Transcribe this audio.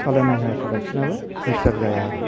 सालामि होआ सारा बिसोरनाबो निस्थार जाया आरो